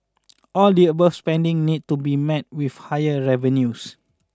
all the above spending need to be met with higher revenues